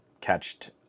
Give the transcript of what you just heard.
catched